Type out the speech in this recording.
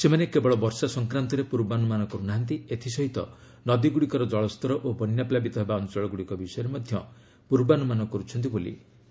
ସେମାନେ କେବଳ ବର୍ଷା ସଂକ୍ରାନ୍ତରେ ପୂର୍ବାନୁମାନ କରୁ ନାହାନ୍ତି ଏଥିସହିତ ନଦୀଗୁଡ଼ିକର ଜଳସ୍ତର ଓ ବନ୍ୟାପ୍ଲାବିତ ହେବା ଅଞ୍ଚଳଗୁଡ଼ିକ ବିଷୟରେ ମଧ୍ୟ ପୂର୍ବାନୁମାନ କର୍ତ୍ଛନ୍ତି ବୋଲି ସେ କହିଛନ୍ତି